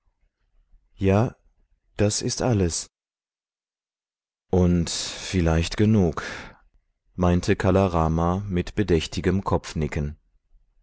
ja das ist alles und vielleicht genug meinte kala rama mit bedächtigem kopfnicken